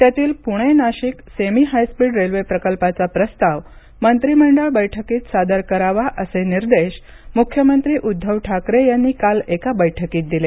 त्यातील Pune Nashik semi high speed railway प्रकल्पाचा प्रस्ताव मंत्रिमंडळ बैठकीत सादर करावा असे निर्देश मुख्यमंत्री उद्धव ठाकरे यांनी काल एका बैठकीत दिले